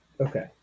Okay